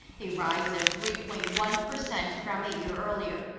a rise of three point one percent from a year earlier.